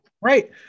Right